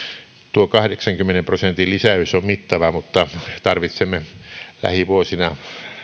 tuo kahdeksankymmenen prosentin lisäys on mittava mutta tarvitsemme lähivuosina